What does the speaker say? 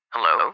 Hello